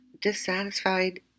dissatisfied